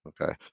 okay